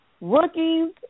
rookies